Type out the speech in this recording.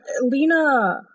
Lena